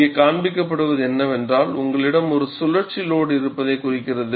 இங்கே காண்பிக்கப்படுவது என்னவென்றால் உங்களிடம் ஒரு சுழற்சி லோட் இருப்பதைக் குறிக்கிறது